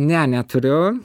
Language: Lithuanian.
ne neturiu